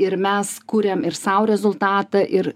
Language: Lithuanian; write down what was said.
ir mes kuriam ir sau rezultatą ir